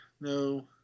No